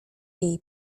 jej